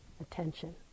attention